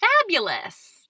Fabulous